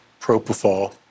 propofol